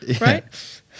right